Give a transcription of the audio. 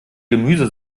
gemüse